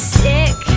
sick